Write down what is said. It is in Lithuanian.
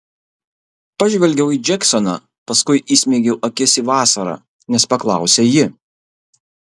pažvelgiau į džeksoną paskui įsmeigiau akis į vasarą nes paklausė ji